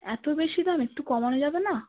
এত বেশি দাম একটু কমানো যাবে না